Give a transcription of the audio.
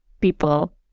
people